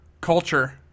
culture